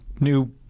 new